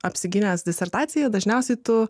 apsigynęs disertaciją dažniausiai tu